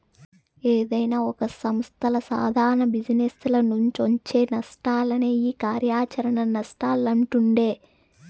ఏదైనా ఒక సంస్థల సాదారణ జిజినెస్ల నుంచొచ్చే నష్టాలనే ఈ కార్యాచరణ నష్టాలంటుండె